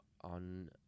On